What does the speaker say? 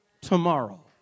tomorrow